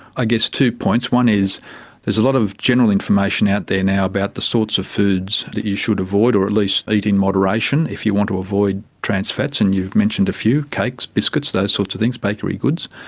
i guess two points, one is there's a lot of general information out there now about the sorts of foods that you should avoid or at least eat in moderation if you want to avoid trans fats, and you've mentioned a few cakes, biscuits, those sorts of things, bakery goods.